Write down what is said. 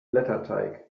blätterteig